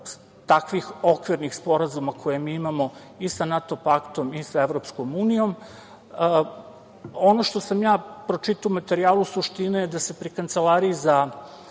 takvih okvirnih sporazuma koje mi imamo i sa NATO paktom i sa EU.Ono što sam ja pročitao u materijalu, suština je da se pri Kancelariji za